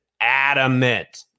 adamant